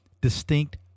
distinct